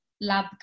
lab